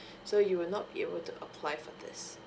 so you will not be able to apply for this